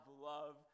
love